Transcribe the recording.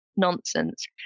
nonsense